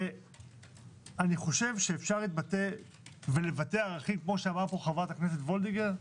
אז אני חושב שאפשר להתבטא ולבטא ערכים כמו שאמרה פה חברת הכנסת וולדיגר,